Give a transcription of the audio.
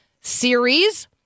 series